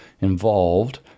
involved